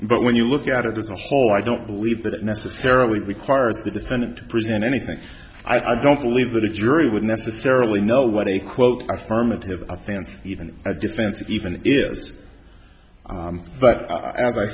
but when you look at it as a whole i don't believe that it necessarily required the defendant present anything i don't believe that a jury would necessarily know what a quote affirmative offense even a defense even is but i as i